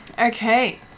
okay